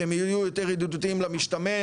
שהם יהיו יותר ידידותיים למשתמש.